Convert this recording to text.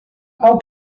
how